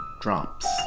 drops